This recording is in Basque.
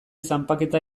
zanpaketa